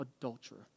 adulterer